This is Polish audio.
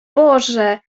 boże